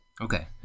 Okay